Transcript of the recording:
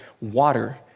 water